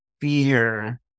fear